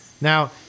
Now